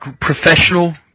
professional